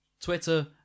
Twitter